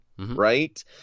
Right